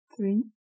three